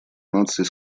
наций